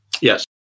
Yes